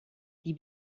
die